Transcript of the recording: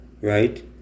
right